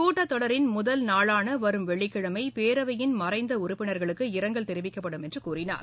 கூட்டத்தொடரின் முதல் நாளா வரும் வெள்ளிக்கிழமை பேரவையின் மறைந்த உறுப்பினர்களுக்கு இரங்கல் தெரிவிக்கப்படும் என்று கூறினார்